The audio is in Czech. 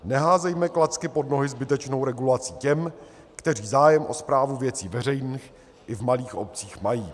Neházejme klacky pod nohy zbytečnou regulací těm, kteří zájem o správu věcí veřejných i v malých obcích mají.